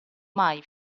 mai